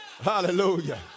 Hallelujah